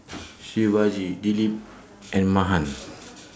Shivaji Dilip and Mahan